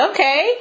Okay